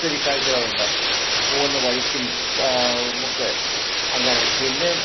ഒത്തിരി കാഴ്ചകളുണ്ട് പോകുന്ന വഴിക്കും ഒക്കെ അങ്ങനെ പിന്നെ